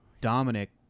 Dominic